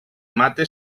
mata